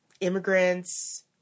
immigrants